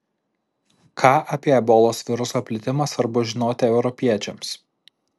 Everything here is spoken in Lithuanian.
ką apie ebolos viruso plitimą svarbu žinoti europiečiams